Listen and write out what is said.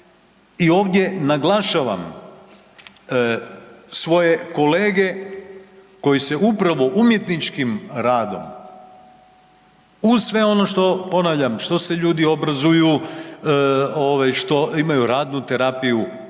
i ovdje naglašavam svoje kolege koji se upravo umjetničkim radom, uz sve ono što, ponavljam što se ljudi obrazuju, ovaj što imaju radnu terapiju,